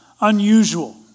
unusual